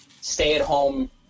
stay-at-home